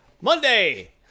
Monday